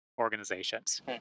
organizations